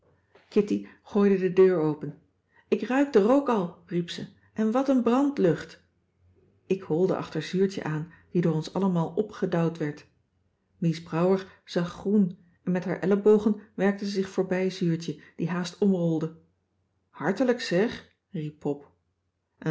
kitty gooide de deur open ik ruik de rook al riep ze en wat een brandlucht ik holde achter zuurtje aan die door ons allemaal opgedouwd werd mies brouwer zag groen en met haar ellebogen werkte ze zich voorbij zuurtje die haast omrolde hartelijk zeg riep pop